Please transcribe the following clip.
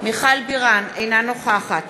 מיכל בירן, אינה נוכחת